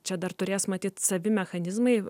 čia dar turės matyt savi mechanizmai